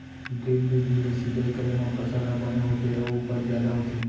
drip बिधि ले सिंचई करे म फसल ह बने होथे अउ उपज जादा होथे